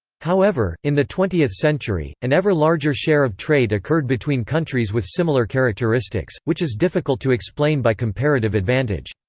however, in the twentieth century, an ever-larger share of trade occurred between countries with similar characteristics, which is difficult to explain by comparative advantage.